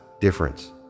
difference